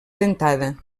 dentada